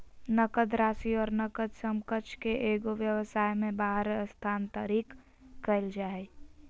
नकद राशि और नकद समकक्ष के एगो व्यवसाय में बाहर स्थानांतरित कइल जा हइ